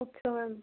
okay ma'am